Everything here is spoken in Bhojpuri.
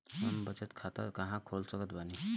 हम बचत खाता कहां खोल सकत बानी?